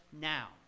now